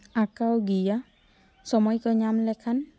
ᱟᱸᱠᱟᱣ ᱜᱮᱭᱟ ᱥᱚᱢᱚᱭ ᱠᱚ ᱧᱟᱢ ᱞᱮᱠᱷᱟᱱ